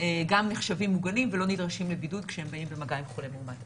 גם נחשבים מוגנים ולא נדרשים לבידוד כשהם באים במגע עם חולה מאומת.